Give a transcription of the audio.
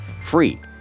free